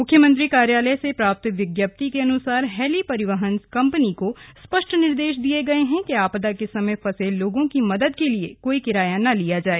मुख्यमंत्री कार्यालय से प्राप्त विज्ञप्ति के अनुसार हेली परिवहन कम्पनी को स्पष्ट निर्देश दिये गये हैं कि आपदा के समय फंसे लोगों की मदद के लिए कोई किराया न लिया जाए